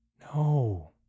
No